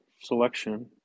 selection